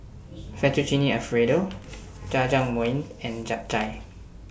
Fettuccine Alfredo Jajangmyeon and Japchae